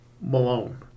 Malone